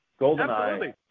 goldeneye